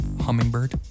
hummingbird